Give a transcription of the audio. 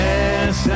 Yes